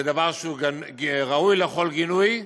זה דבר שהוא ראוי לכל גינוי,